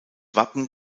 wappen